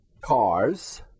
cars